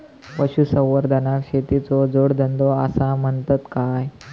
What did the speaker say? पशुसंवर्धनाक शेतीचो जोडधंदो आसा म्हणतत काय?